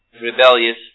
rebellious